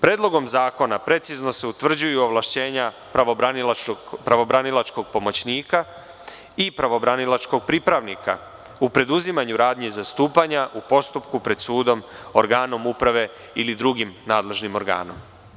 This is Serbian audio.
Predlogom zakona precizno se utvrđuju ovlašćenja pravobranilačkog pomoćnika i pravobranilačkog pripravnika u preduzimanju radnji zastupanja u postupku pred sudom, organom uprave ili drugim nadležnim organom.